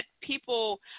people